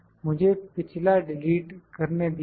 मुझे पिछला डिलीट करने दीजिए